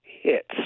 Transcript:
hits